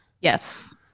Yes